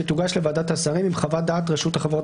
שתוגש לוועדת השרים עם חוות דעת רשות החברות